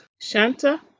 Shanta